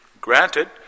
Granted